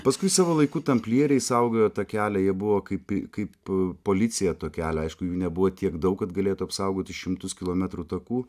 paskui savo laiku tamplieriai saugojo tą kelią jie buvo kaip kaip policija to kelio aišku jų nebuvo tiek daug kad galėtų apsaugoti šimtus kilometrų taku